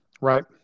Right